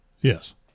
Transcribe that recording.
Yes